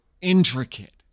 intricate